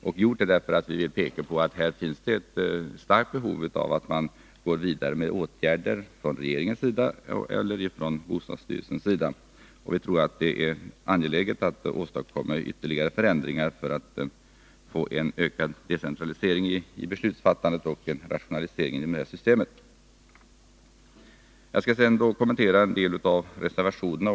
Vi har gjort det därför att vi vill peka på att det finns ett stort behov av att gå vidare med åtgärder från regeringens eller bostadsstyrelsens sida. Vi tror att det är angeläget att åstadkomma ytterligare förändringar för att få en ökad decentralisering av beslutsfattandet och en rationalisering inom systemet. Jag skall sedan kommentera en del av reservationerna.